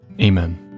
Amen